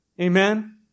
Amen